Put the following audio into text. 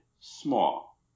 Small